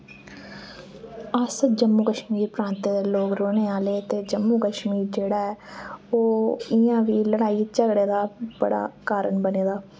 अस जम्मू कश्मीर प्रांते दे लोग रौह्ने आह्ले ते जम्मू कश्मीर जेह्ड़ा ऐ ओह् इ'यां वी लड़ाई झगड़े दा बड़ा कारण बने दा